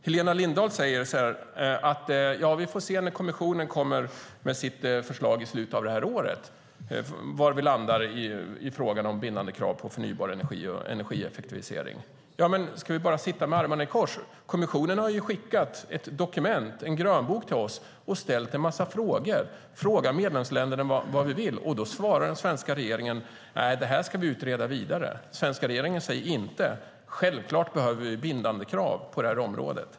Helena Lindahl säger att vi får se var vi landar i frågan om bindande krav på förnybar energi och energieffektivisering när kommissionen kommer med sitt förslag i slutet av det här året. Ska vi bara sitta med armarna i kors? Kommissionen har ju skickat ett dokument, en grönbok, till oss och ställt en massa frågor. De frågar medlemsländerna vad de vill, och då svarar den svenska regeringen: Nej, det här ska vi utreda vidare. Den svenska regeringen säger inte: Självklart behöver vi bindande krav på det här området.